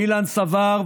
אילן סבר,